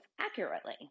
accurately